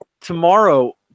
tomorrow